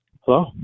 hello